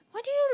why do you